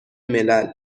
ملل